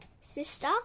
sister